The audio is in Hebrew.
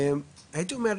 הייתי אומר,